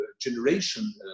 generation